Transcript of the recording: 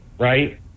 Right